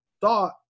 thought